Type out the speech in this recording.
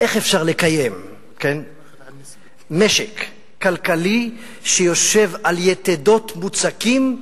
איך אפשר לקיים משק כלכלי שיושב על יתדות מוצקות,